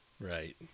Right